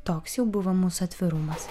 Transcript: toks jau buvo mūsų atvirumas